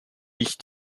ich